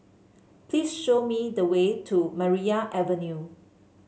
please show me the way to Maria Avenue